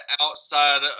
outside